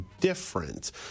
different